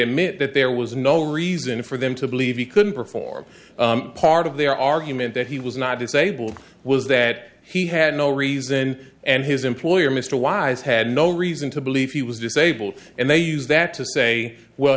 admit that there was no reason for them to believe he couldn't perform part of their argument that he was not disabled was that he had no reason and his employer mr wise had no reason to believe he was disabled and they use that to say well